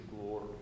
glory